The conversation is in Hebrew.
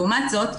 לעומת זאת,